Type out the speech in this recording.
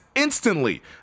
Instantly